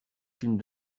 films